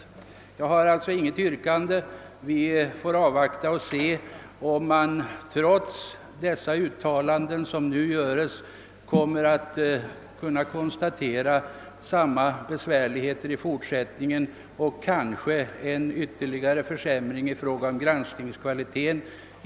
Jag har alltså inget yrkande. Vi får avvakta och se, om man trots de uttalanden som nu görs kommer att kunna konstatera samma besvärligheter i fortsättningen och kanske en ytterligare försämring av granskningskvaliteten.